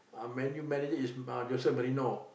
ah Man-U manage is Jose-Mourinho